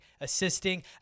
assisting